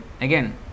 again